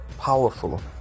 powerful